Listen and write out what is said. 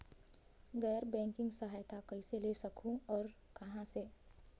गैर बैंकिंग सहायता कइसे ले सकहुं और कहाँ से?